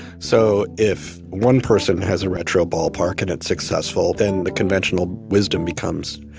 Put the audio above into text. so if one person has a retro ballpark and it's successful, then the conventional wisdom becomes,